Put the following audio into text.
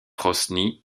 rosny